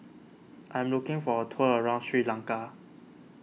I am looking for a tour around Sri Lanka